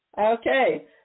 Okay